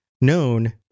known